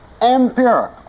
empirical